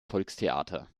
volkstheater